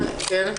אתנו,